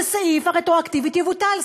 שסעיף הרטרואקטיביות יבוטל,